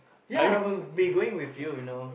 ya I will be going with you you know